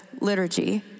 liturgy